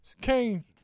Kane